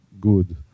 good